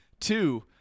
Two